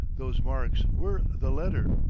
those marks were the letter,